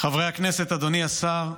חברי הכנסת, אדוני השר,